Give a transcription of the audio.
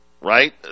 right